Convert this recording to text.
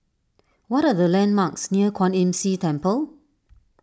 what are the landmarks near Kwan Imm See Temple